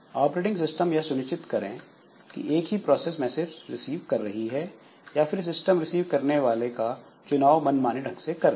operating system यह सुनिश्चित करें कि एक ही प्रोसेस मैसेज रिसीव कर रही है या फिर सिस्टम रिसीव करने वाले का चुनाव मनमाने ढंग से कर ले